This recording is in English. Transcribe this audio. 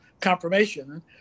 confirmation